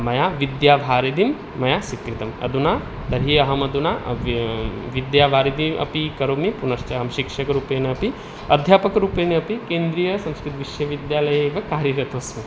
मया विद्यावारिधिं मया स्वीकृतम् अधुना तर्हि अहम् अधुना वि विद्यावारिधिम् अपि करोमि पुनश्च अहं शिक्षकरूपेण अपि अध्यापकरूपेण अपि केन्द्रीयसंस्कृतविश्वविद्यालये एव कार्यरतोस्मि